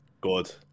Good